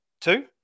two